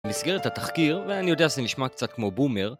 במסגרת התחקיר, ואני יודע שזה נשמע קצת כמו בומר